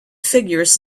figures